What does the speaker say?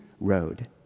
road